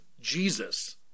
Jesus